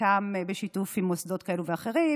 חלקן בשיתוף עם מוסדות כאלה ואחרים,